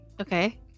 Okay